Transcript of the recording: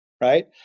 right